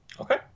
Okay